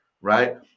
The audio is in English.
right